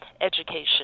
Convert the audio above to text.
education